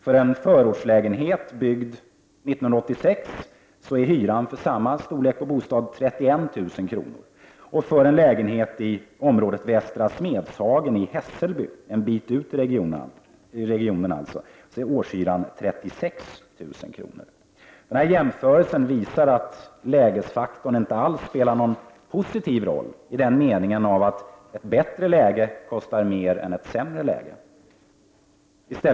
För en förortslägenhet byggd 1986 är hyran för samma bostadsstorlek 31 000 kr., och för en lägenhet i området Västra Smedshagen i Hässelby — alltså en bit ut i regionen — är årshyran 36 000 kr. Denna jämförelse visar att lägesfaktorn inte alls spelar någon positiv roll i den meningen att ett bättre läge kostar mer än vad ett sämre läge gör.